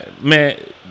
man